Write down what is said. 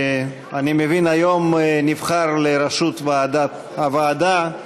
אני מבין שהיום נבחר לראשות הוועדה,